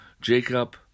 Jacob